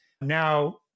now